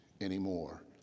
anymore